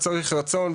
צריך רצון,